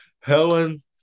helen